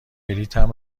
بلیطم